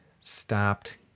stopped